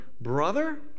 brother